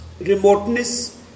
remoteness